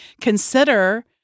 consider